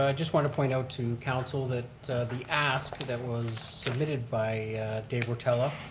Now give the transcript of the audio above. ah just want to point out to council that the ask that was submitted by dave virtela,